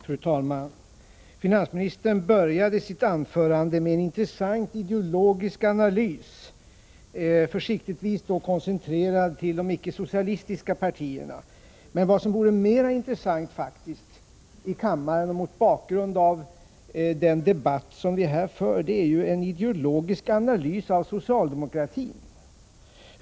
Fru talman! Finansministern började sitt anförande med en intressant ideologisk analys, försiktigtvis koncentrerad till de icke-socialistiska partierna. Vad som faktiskt är mera intressant, mot bakgrund av den debatt som vi nu för, är en ideologisk analys av socialdemokratin.